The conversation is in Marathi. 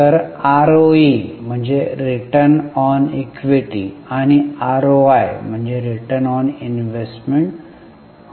तर हे आरओई आणि आरओआय होते